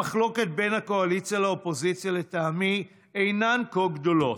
המחלוקות בין הקואליציה לאופוזיציה לטעמי אינן כה גדולות.